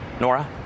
Nora